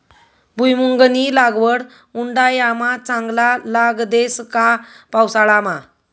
भुईमुंगनी लागवड उंडायामा चांगला लाग देस का पावसाळामा